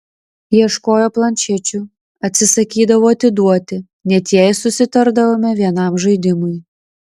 ieškojo planšečių atsisakydavo atiduoti net jei susitardavome vienam žaidimui